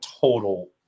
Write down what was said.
total